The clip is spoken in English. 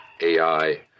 AI